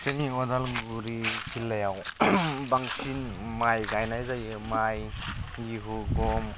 जोंनि उदालगुरि जिल्लायाव बांसिन माइ गायनाय जायो माइ गेहु गम